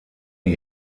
die